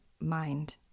mind